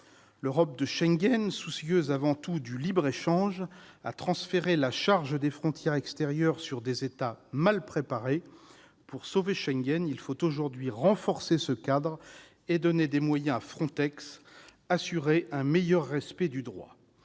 L'Europe de Schengen, soucieuse avant tout du libre-échange, a transféré la charge des frontières extérieures sur des États mal préparés. Pour sauver Schengen, il faut aujourd'hui renforcer ce cadre, donner des moyens à FRONTEX et assurer un meilleur respect du droit.